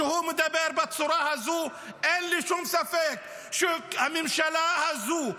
כשהוא מדבר בצורה הזו אין לי שום ספק שהממשלה הזו,